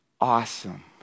awesome